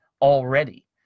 already